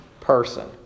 person